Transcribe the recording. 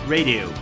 Radio